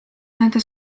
nende